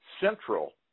central